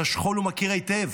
את השכול הוא מכיר היטב.